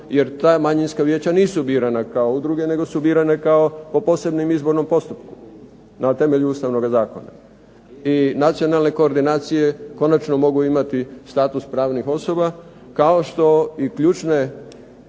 jer ta manjinska vijeća nisu biran a kao udruge nego su birana po posebnom izbornom postupku na temelju ustavnog zakona. I nacionalne koordinacije konačno mogu imati status pravnih osoba, kao što i ključne